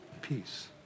peace